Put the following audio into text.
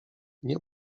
nie